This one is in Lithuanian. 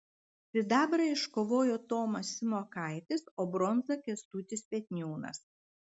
sidabrą iškovojo tomas simokaitis o bronzą kęstutis petniūnas